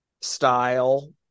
style